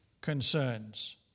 concerns